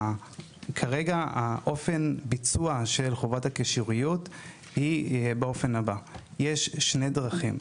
כרגע אופן הביצוע של חובת הקישוריות היא באופן הבא יש שתי דרכים.